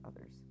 others